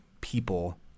people